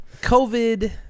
covid